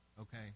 okay